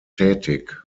tätig